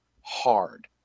hard